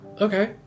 okay